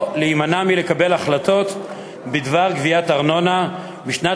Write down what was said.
או להימנע מלקבל החלטות בדבר גביית ארנונה בשנת